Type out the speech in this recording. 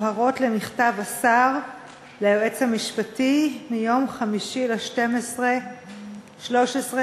הבהרות למכתב השר ליועץ המשפטי מיום 5 בדצמבר 2013,